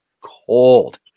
cold